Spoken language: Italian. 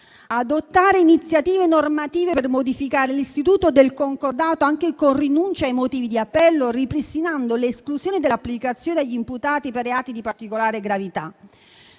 adottare iniziative normative per modificare l'istituto del concordato anche con rinuncia ai motivi d'appello, ripristinando le esclusioni dell'applicazione agli imputati per reati di particolare gravità;